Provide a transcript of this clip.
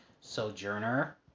Sojourner